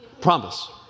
Promise